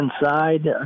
inside